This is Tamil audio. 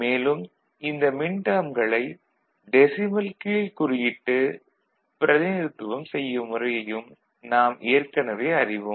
மேலும் இந்த மின்டேர்ம்களை டெசிமல் கீழ்க்குறியிட்டு பிரதிநிதித்துவம் செய்யும் முறையை நாம் ஏற்கனவே அறிவோம்